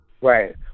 Right